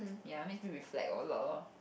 ya makes me reflect a lot loh